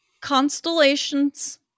constellations